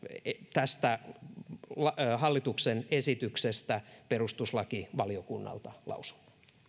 tästä hallituksen esityksestä perustuslakivaliokunnalta lausunnon